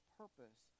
purpose